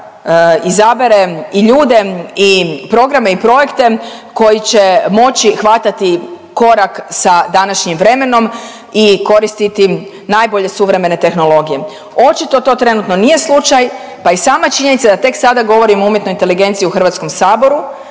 izabere i ljude i programe i projekte koji će moći hvatati korak sa današnjim vremenom i koristiti najbolje suvremene tehnologije. Očito to trenutno nije slučaj, pa i sama činjenica da tek sada govorim o umjetnoj inteligenciji u Hrvatskom saboru.